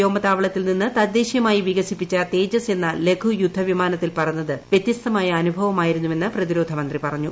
വ്യോമതാവളത്തിൽ നിന്ന് തദ്ദേശീയമായി വികസിപ്പിച്ച തേജസ് എന്ന ലഘു യുദ്ധ വിമാനത്തിൽ പറന്നത് വൃത്യസ്തമായ അനുഭവമായിരുന്നുവെന്ന് പ്രതിരോധ മന്ത്രി പറഞ്ഞു